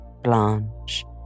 Blanche